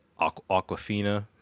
Aquafina